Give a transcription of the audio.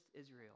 Israel